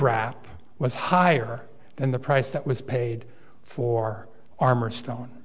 rap was higher than the price that was paid for armor stone